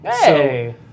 Hey